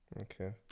okay